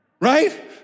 right